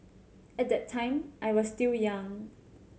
at that time I was still young